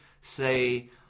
say